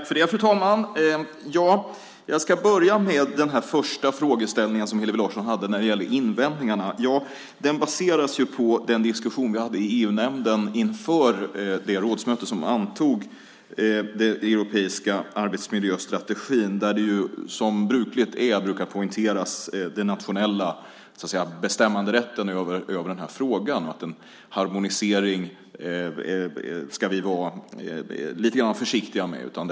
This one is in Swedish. Fru talman! Jag ska börja med den första frågeställning som Hillevi Larsson tog upp, om invändningarna. Den baseras ju på den diskussion som vi hade i EU-nämnden inför det rådsmöte som antog den europeiska arbetsmiljöstrategin. Där brukar den nationella bestämmanderätten över den här frågan poängteras, och att vi ska vara lite försiktiga med en harmonisering.